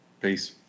Peace